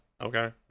okay